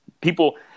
people